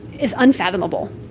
is unfathomable,